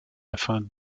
afin